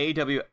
AW